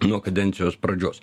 nuo kadencijos pradžios